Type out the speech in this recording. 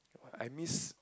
I miss